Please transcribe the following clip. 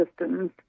systems